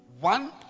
one